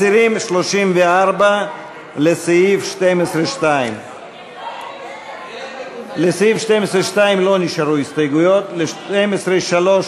מסירים את 34 לסעיף 12(2). לא נשארו הסתייגויות לסעיף 12(2). ל-12(3),